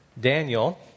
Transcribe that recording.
Daniel